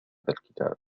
الكتاب